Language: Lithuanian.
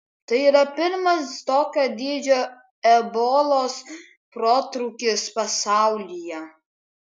tai yra pirmas tokio dydžio ebolos protrūkis pasaulyje